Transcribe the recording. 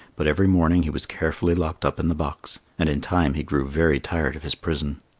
but every morning he was carefully locked up in the box. and in time he grew very tired of his prison.